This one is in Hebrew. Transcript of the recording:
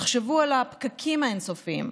תחשבו על הפקקים האין-סופיים.